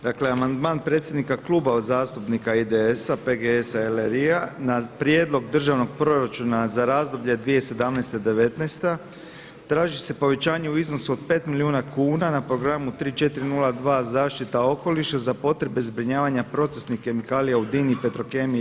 Dakle amandman predsjednika Kluba zastupnika IDS-a, PGS-a LRI-a, na Prijedlog državnog proračuna za razdoblje 2017./2019. traži se povećanje u iznosu od 5 milijuna kuna na programu 302 zaštita okoliša za potrebe zbrinjavanja procesnih kemikalija u DINA-i i Petrokemiji d.d.